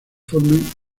forman